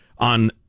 On